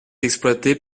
exploitée